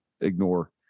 ignore